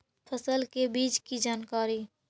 फसल के बीज की जानकारी?